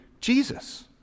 Jesus